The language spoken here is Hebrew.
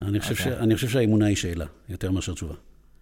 אני חושב שהאמונה היא שאלה יותר מאשר תשובה.